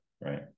right